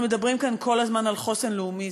אנחנו מדברים כאן כל הזמן על חוסן לאומי.